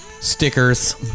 Stickers